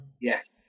Yes